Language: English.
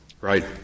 Right